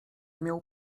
miał